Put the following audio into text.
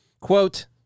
Quote